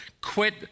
quit